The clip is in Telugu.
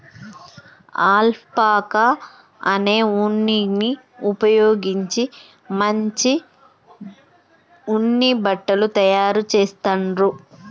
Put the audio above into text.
అల్పాకా అనే ఉన్నిని ఉపయోగించి మంచి ఉన్ని బట్టలు తాయారు చెస్తాండ్లు